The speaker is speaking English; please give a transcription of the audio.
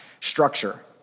structure